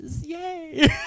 yay